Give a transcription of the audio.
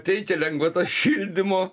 teikia lengvatas šildymo